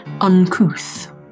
uncouth